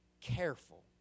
careful